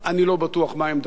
אני לא בטוח מה עמדתו.